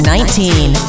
Nineteen